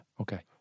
Okay